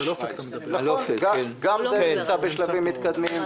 גם זה נמצא בשלבים מתקדמים.